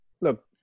look